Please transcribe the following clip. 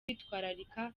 kwitwararika